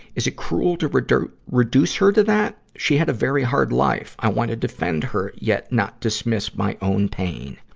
is a cruel to reduce reduce her to that? she had a very hard life. i wanna defend her, yet not dismiss my own pain.